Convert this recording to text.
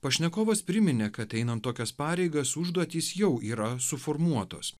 pašnekovas priminė kad einan tokias pareigas užduotys jau yra suformuotos